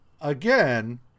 again